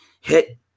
hit